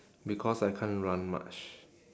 because I can't run much